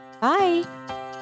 bye